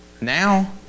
now